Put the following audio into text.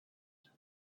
land